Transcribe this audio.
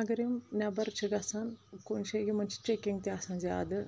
اگر یِم نٮ۪بر چھِ گژھان کُنہِ جایہِ یِمن چھِ چیکنٛگ تہِ آسان زیادٕ